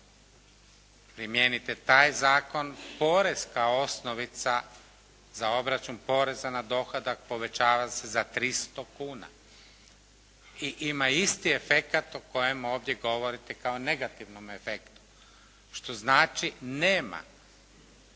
primijenite taj zakon poreska osnovica za obračun poreza na dohodak povećava se za 300 kuna i ima isti efekat o kojem ovdje govorite kao negativnom efektu. Što znači, nema